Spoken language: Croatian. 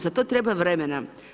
Za to treba vremena.